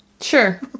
Sure